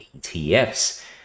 ETFs